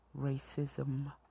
racism